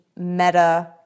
meta